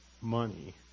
money